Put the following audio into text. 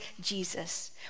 Jesus